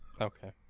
Okay